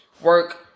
work